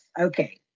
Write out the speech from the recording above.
Okay